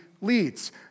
leads